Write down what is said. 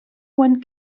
one